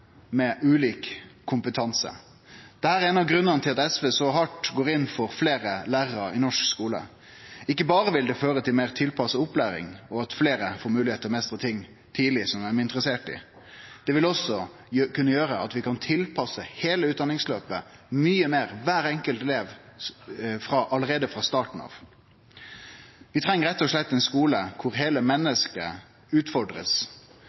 med ulik kompetanse. Dette er ein av grunnane til at SV går så hardt inn for fleire lærarar i norsk skule. Ikkje berre vil det føre til meir tilpassa opplæring, og at fleire får moglegheit til tidleg å meistre ting som dei er interesserte i, det vil også kunne gjere at vi kan tilpasse heile opplæringsløpet mykje meir til kvar enkelt elev allereie frå starten av. Vi treng rett og slett ein skule der heile